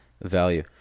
value